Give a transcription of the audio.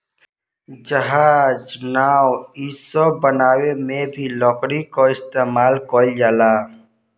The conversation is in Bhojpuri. जहाज, नाव इ सब बनावे मे भी लकड़ी क इस्तमाल कइल जाला